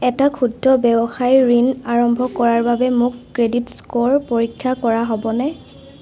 এটা ক্ষুদ্ৰ ৱ্যৱসায়ৰ ঋণ আৰম্ভ কৰাৰ বাবে মোক ক্ৰেডিট স্ক'ৰ পৰীক্ষা কৰা হ'বনে